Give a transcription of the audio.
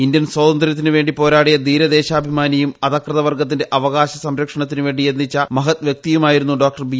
Indian സ്വാതന്ത്ര്യത്തിനുവേണ്ടി പോരാടിയ ധീരദേശാഭിമാനിയും അധകൃത വർഗ്ഗത്തിന്റെ അവകാശ സംരക്ഷണത്തിനുവേണ്ടി യത്നിച്ച മഹത്വൃക്തിയുമായിരുന്നു ഡോക്ടർ ബി